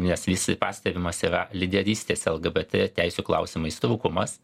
nes vis pastebimas yra lyderystės lgbt teisių klausimais trūkumas